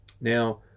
Now